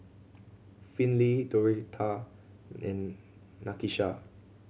Finley Doretha and Nakisha